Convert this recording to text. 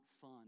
fun